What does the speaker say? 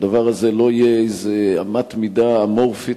שהדבר הזה לא יהיה אמת מידה אמורפית,